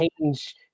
change